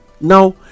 now